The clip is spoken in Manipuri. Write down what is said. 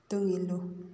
ꯇꯨꯡ ꯏꯜꯂꯨ